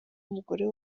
umugore